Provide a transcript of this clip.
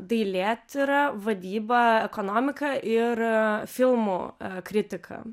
dailėtyrą vadybą ekonomiką ir filmų kritiką